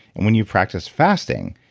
and when you practice fasting,